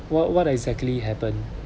what what exactly happened